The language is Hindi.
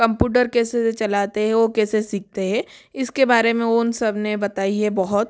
कम्पुटर कैसे चलाते हे वो कैसे सीखते है इसके बारे में उन सब ने बताई है बहुत